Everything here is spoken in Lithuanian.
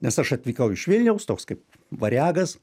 nes aš atvykau iš vilniaus toks kaip variagas